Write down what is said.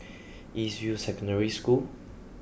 East View Secondary School